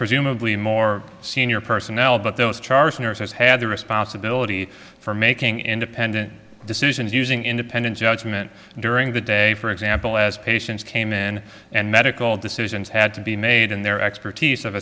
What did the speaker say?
presumably more senior personnel but those charged nurses had the responsibility for making independent decisions using independent judgment during the day for example as patients came in and medical decisions had to be made in their expertise of